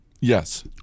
Yes